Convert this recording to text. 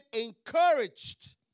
encouraged